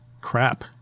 crap